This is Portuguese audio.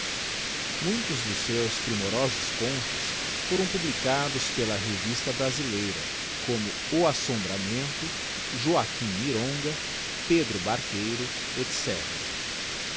muitos dos seus primorosos contos foram publicados pela revista brasileira como o assombramento joaqutm mironga pedro barqueiro